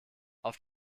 auf